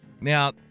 Now